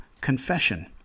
confession